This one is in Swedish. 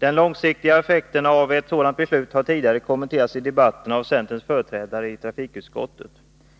De långsiktiga effekterna av ett sådant beslut har tidigare kommenterats i debatten av centerns företrädare i trafikutskottet.